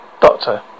Doctor